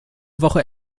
woche